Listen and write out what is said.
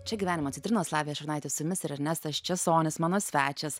čia gyvenimo citrinos lavija šurnaitė su jumis ir ernestas česonis mano svečias